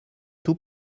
tout